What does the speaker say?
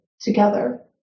together